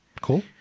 cool